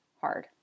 hard